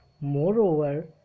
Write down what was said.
Moreover